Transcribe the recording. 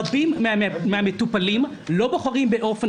א) רבים מן המטופלים לא בוחרים באופן